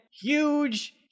huge